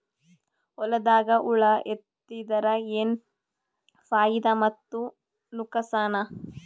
ಹೊಲದಾಗ ಹುಳ ಎತ್ತಿದರ ಏನ್ ಫಾಯಿದಾ ಮತ್ತು ನುಕಸಾನ?